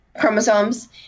chromosomes